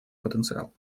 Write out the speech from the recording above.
потенциал